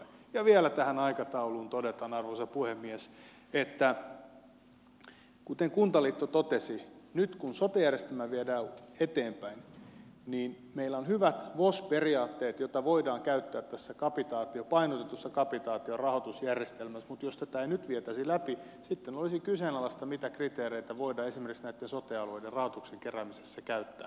ja vielä tähän aikatauluun todetaan arvoisa puhemies että kuten kuntaliitto totesi niin nyt kun sote järjestelmää viedään eteenpäin niin meillä on hyvät vos periaatteet joita voidaan käyttää tässä painotetussa kapitaatiorahoitusjärjestelmässä mutta jos tätä ei nyt vietäisi läpi sitten olisi kyseenalaista mitä kriteereitä voidaan esimerkiksi näitten sote alueiden rahoituksen keräämisessä käyttää